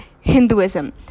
Hinduism